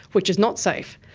which is not safe.